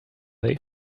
they